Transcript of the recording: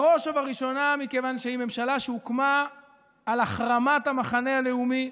בראש ובראשונה מכיוון שהיא ממשלה שהוקמה על החרמת המחנה הלאומי,